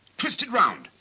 twisted around.